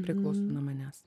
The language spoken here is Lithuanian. priklauso nuo manęs